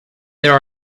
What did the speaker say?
there